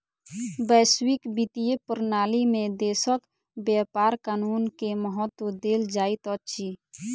वैश्विक वित्तीय प्रणाली में देशक व्यापार कानून के महत्त्व देल जाइत अछि